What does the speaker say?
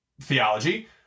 theology